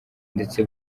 ndetse